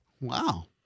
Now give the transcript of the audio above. Wow